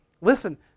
Listen